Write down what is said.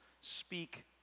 speak